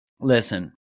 listen